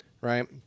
right –